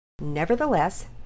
Nevertheless